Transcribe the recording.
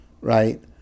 right